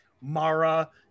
Mara